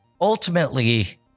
Ultimately